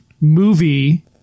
movie –